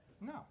No